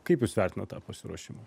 kaip jūs vertinat tą pasiruošimą